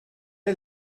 est